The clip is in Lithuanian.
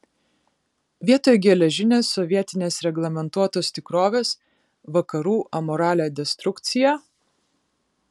vietoj geležinės sovietinės reglamentuotos tikrovės vakarų amoralią destrukciją